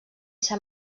ser